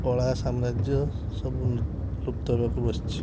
କଳା ସାମ୍ରାଜ୍ୟ ସବୁ ଲୁପ୍ତ ହେବାକୁ ବସିଛି